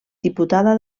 diputada